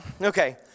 Okay